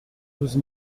douze